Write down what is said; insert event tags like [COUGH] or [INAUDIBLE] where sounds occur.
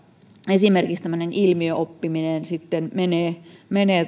esimerkiksi tämmöinen ilmiöoppiminen sitten menee [UNINTELLIGIBLE]